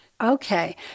Okay